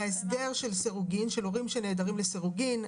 ההסדר של סירוגין של הורים שנעדרים מהעבודה לסירוגין,